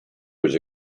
was